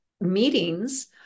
meetings